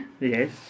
Yes